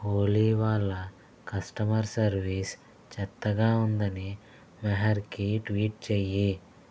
ఓలి వాళ్ళ customer service చెత్తగా ఉందని మెహర్కి ట్వీట్ చెయ్యి